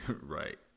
right